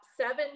seven